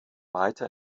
weiter